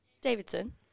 Davidson